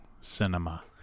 cinema